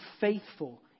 faithful